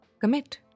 Commit